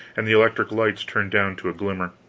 and the electric lights turned down to a glimmer.